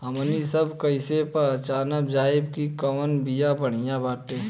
हमनी सभ कईसे पहचानब जाइब की कवन बिया बढ़ियां बाटे?